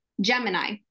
Gemini